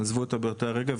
הן עזבו אותה באותו הרגע.